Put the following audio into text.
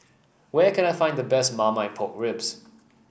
where can I find the best Marmite Pork Ribs